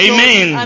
Amen